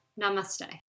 Namaste